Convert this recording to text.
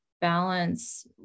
balance